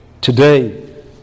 today